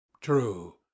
true